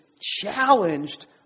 challenged